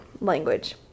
language